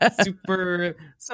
super